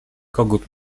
kogut